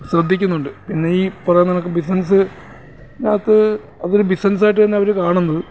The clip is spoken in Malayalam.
ശ്രദ്ധിക്കുന്നുണ്ട് പിന്നെ ഈ പറയുന്ന കണക്ക് ബിസിനസ്സിന്നകത്ത് അതൊരു ബിസിനസ്സായിട്ടുതന്നെ അവർ കാണുന്നത്